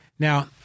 Now